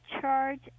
charge